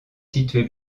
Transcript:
situé